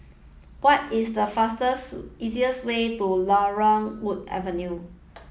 what is the fastest easiest way to Laurel Wood Avenue